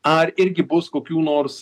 ar irgi bus kokių nors